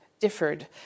differed